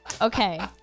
okay